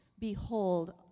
behold